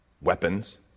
weapons